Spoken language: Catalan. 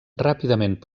ràpidament